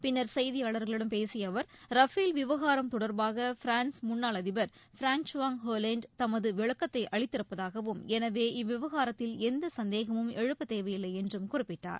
பின்னர் செய்தியாளர்களிடம் பேசிய அவர் ரஃபேல் விவகாரம் தொடர்பாக பிரான்ஸ் முன்னாள் அதிபர் பிராங்சுவாங் ஹொலாண்ட் தமது விளக்கத்தை அளித்திருப்பதாகவும் எனவே இவ்விவகாரத்தில் எந்த சந்தேகமும் எழுப்ப தேவையில்லை என்றும் குறிப்பிட்டார்